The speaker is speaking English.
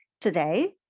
Today